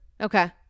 Okay